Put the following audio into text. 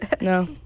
No